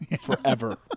forever